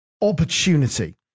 opportunity